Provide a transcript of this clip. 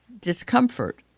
discomfort